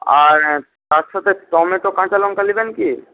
আর তার সাথে টমেটো কাঁচা লঙ্কা নেবেন কি